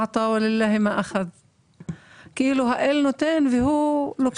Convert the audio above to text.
הערבית) - כאילו האל נותן והוא לוקח.